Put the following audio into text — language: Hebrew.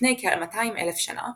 לפני כ-200 אלף שנה,